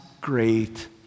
great